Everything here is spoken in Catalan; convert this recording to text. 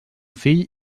fill